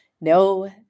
No